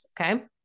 Okay